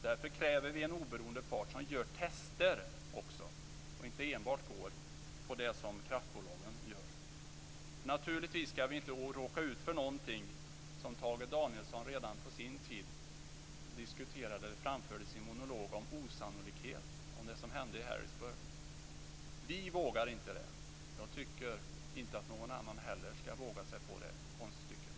Därför kräver vi en oberoende part som gör även tester och inte enbart går på det som kraftbolagen gör. Naturligtvis skall vi inte råka ut för någonting som Tage Danielsson redan på sin tid framförde i sin monolog om osannolikheten i det som hände i Harrisburg. Vi vågar inte det. Jag tycker inte att någon annan heller skall våga sig på det konststycket.